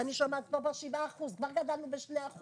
ואני שומעת פה 7%. כבר גדלנו ב-2%,